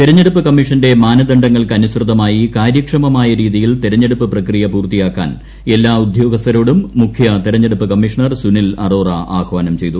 ഐർഐഞ്ഞടുപ്പ് കമ്മീഷന്റെ മാനദണ്ഡങ്ങൾക്ക് അനുസൃതമായി കാ്ര്യക്ഷമമായ രീതിയിൽ തെരഞ്ഞെടുപ്പ് പ്രക്രിയ പൂർത്തിയ്ക്കാൻ എല്ലാ ഉദ്യോഗസ്ഥരോടും മുഖ്യ തെരഞ്ഞെടുപ്പ് കമ്മീഷണ്ട് സ്റ്റനിൽ അറോറ ആഹ്വാനം ചെയ്തു